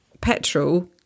Petrol